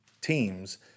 teams